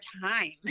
time